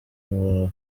umurava